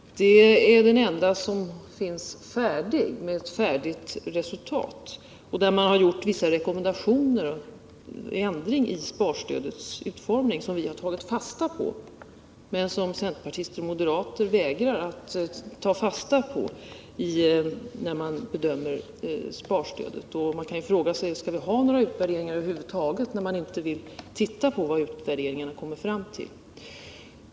Den utvärderingen är den enda som visar ett färdigt resultat. Där har man gjort vissa rekommendationer för ändring i sparstödets utformning som vi har tagit fasta på. Centerpartister och moderater vägrar emellertid att ta fasta på dessa rekommendationer när de bedömer sparstödet. Man kan ju fråga sig om man över huvud taget skall ha några utvärderingar när man inte vill titta på vad dessa kommit fram till.